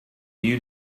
you